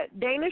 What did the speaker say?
Dana